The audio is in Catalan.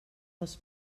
les